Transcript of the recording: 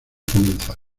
comenzar